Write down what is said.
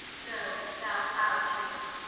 no, thou prowd dreame,